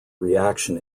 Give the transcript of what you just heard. reaction